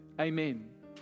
Amen